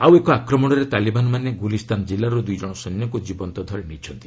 ଆଉ ଏକ ଆକ୍ରମଣରେ ତାଲିବାନ୍ମାନେ ଗୁଲିସ୍ତାନ ଜିଲ୍ଲାରୁ ଦୁଇ ଜଣ ସୈନ୍ୟଙ୍କୁ ଜୀବନ୍ତ ଧରି ନେଇଛନ୍ତି